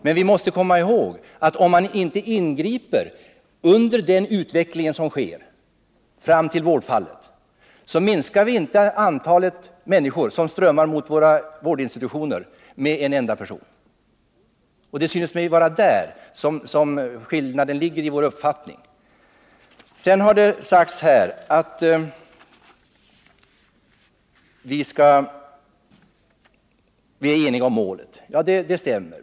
Men vi måste komma ihåg att om man inte ingriper mot den utveckling som sker fram till vårdfallssituationen så minskar inte det antal människor som strömmar mot våra vårdinstitutioner med en enda person. Och det synes mig vara där skillnaden ligger mellan våra uppfattningar. Sedan har det sagts här att vi är eniga om målet. Ja, det stämmer.